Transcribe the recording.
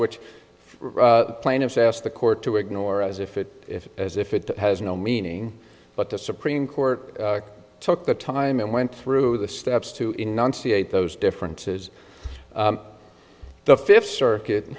which the plaintiffs asked the court to ignore as if it if as if it has no meaning but the supreme court took the time and went through the steps to enunciate those differences the fifth circuit